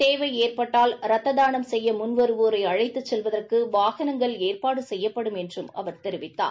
தேவை ஏற்பட்டால் ரத்த தானம் செய்ய முன்வருவோரை அழைத்து செல்வதற்கு வாகனங்கள் ஏற்பாடு செய்யப்படும் என்று அவர் தெரிவித்தார்